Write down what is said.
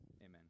Amen